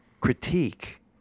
critique